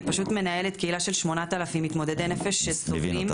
אני פשוט מנהלת קהילה של 8000 מתמודדי נפש שסובלים,